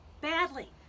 badly